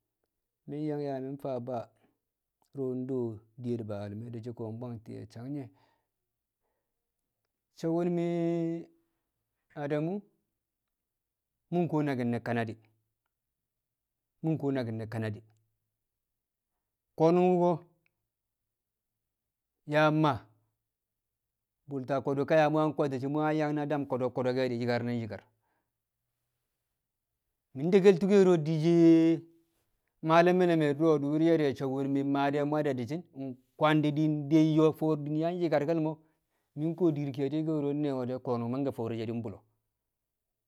mi̱ yang yaa mi̱ faa Ba dṵro̱ do diyel Bal me̱ di̱ shi̱ di̱ye̱n bwa̱ng ti̱ye̱ a sang nye̱ so̱ wṵ mi̱ Adamṵ mṵ kuwo naki̱n ne̱ Kanadi̱ mṵ kṵwo naki̱ ne̱ Kanadi̱, ko̱nu̱n wṵko̱ yaa mmaa bṵlto̱ ko̱dṵ ka yang kwe̱e̱ti̱ she̱ mṵ yang dam ko̱do̱ko̱ ke̱ nyi̱karnin nyikar. Mi̱ de tṵṵ ke̱ro̱ di̱she malṵme̱ me̱ dṵro̱ dur nye̱r ye̱ so̱ mmaa mwadde nkwandi̱ di̱ de nyo̱o̱ fo̱o̱r diin yang nyikar mo̱, mi̱ kuwo dir keedo ke̱ro̱ ne̱we̱ do̱ ko̱nu̱n mangke̱ fo̱o̱re̱ she̱ di̱ mbṵlo̱.